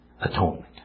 Atonement